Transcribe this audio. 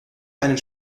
einen